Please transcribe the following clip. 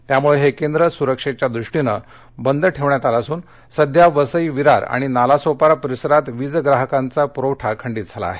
त्यामुळेहे केंद्र सुरक्षेच्या दृष्टीनं बंद ठेवण्यात आलं असून सध्या वसई विरार आणि नालासोपारा परिसरात वीज ग्राहकांचा वीजपुरवठा खंडित झाला आहे